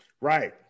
Right